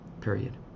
Period